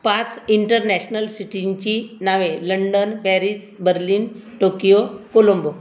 पाच इंटरनॅशनल सिटींची नावे London Paris Berlin Tokyo Colombo